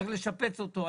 צריך לשפץ אותו,